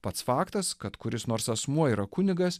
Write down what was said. pats faktas kad kuris nors asmuo yra kunigas